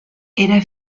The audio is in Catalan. era